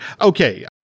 Okay